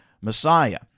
Messiah